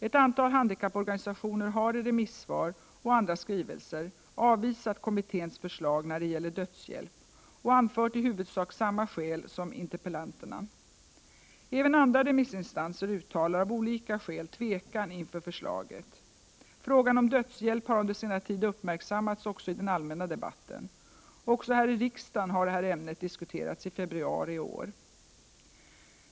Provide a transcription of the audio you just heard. Ett antal handikapporganisationer har i remissvar och andra skrivelser avvisat kommitténs förslag när det gäller dödshjälp och anfört i huvudsak samma skäl som interpellanterna. Även andra remissinstanser uttalar av olika skäl tvekan inför förslaget. Frågan om dödshjälp har under senare tid uppmärksammats också i den allmänna debatten. Också här i riksdagen har detta ämne diskuterats i februari i år.